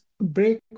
break